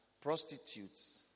prostitutes